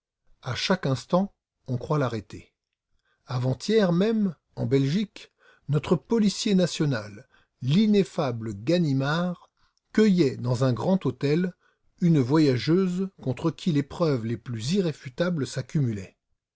à chaque instant on croit l'arrêter avant-hier même en belgique notre policier national l'ineffable ganimard cueillait dans un grand hôtel une voyageuse contre qui les preuves les plus irréfutables s'accumulaient